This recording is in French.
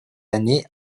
années